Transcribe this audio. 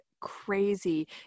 crazy